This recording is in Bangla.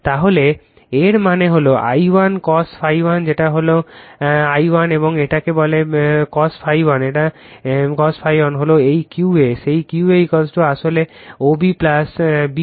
তাহলে এর মানে হল I1 cos ∅ 1 যেটা হল এই হল I1 এবং এটাকে বলে যে cos ∅ 1 হল এই OA সেই OA আসলে OB BA